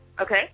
okay